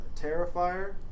Terrifier